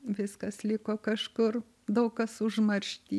viskas liko kažkur daug kas užmaršty